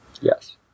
Yes